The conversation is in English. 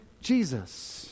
Jesus